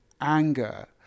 anger